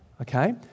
Okay